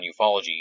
ufology